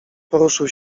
poruszył